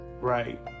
right